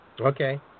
Okay